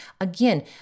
Again